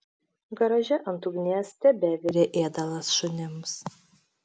garaže ant ugnies tebevirė ėdalas šunims